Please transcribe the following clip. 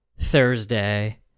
Thursday